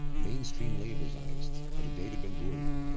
mainstream labor zionists, under david ben-gurion,